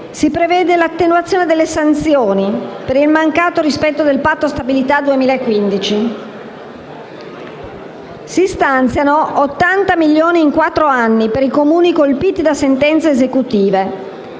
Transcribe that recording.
l'attenuazione delle sanzioni per il mancato rispetto del Patto di stabilità per il 2015 e si stanziano 80 milioni di euro in quattro anni per i Comuni colpiti da sentenze esecutive.